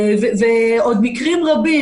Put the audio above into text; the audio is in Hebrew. ויש עוד מקרים רבים